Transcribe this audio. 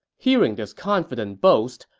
hearing this confident boast,